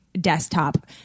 desktop